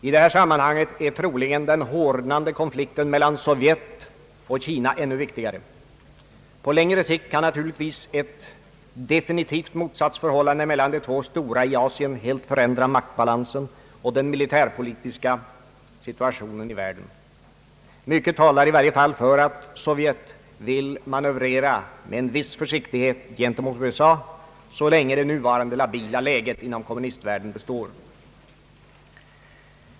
I detta sammanhang är troligen den hårdnande konflikten mellan Sovjet och Kina ännu viktigare. På längre sikt kan naturligtvis ett definitivt motsatsförhållande mellan de två stora i Asien helt förändra maktbalansen och den militärpolitiska situationen i världen. Mycket talar i varje fall för att Sovjet vill manövrera med en viss försiktighet gentemot USA, så länge det nuvarande labila läget inom kommunistvärlden består.